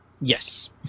Yes